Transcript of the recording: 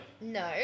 No